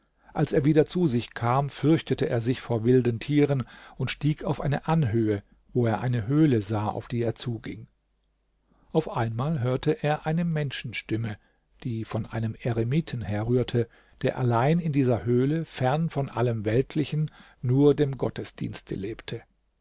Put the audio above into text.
als er wieder zu sich kam fürchtete er sich vor wilden tieren und stieg auf eine anhöhe wo er eine höhle sah auf die er zuging auf einmal hörte er eine menschenstimme die von einem eremiten herrührte der allein in dieser höhle fern von allem weltlichen nur dem gottesdienste lebte